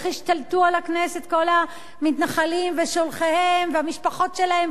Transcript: איך השתלטו על הכנסת כל המתנחלים ושולחיהם והמשפחות שלהם,